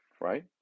right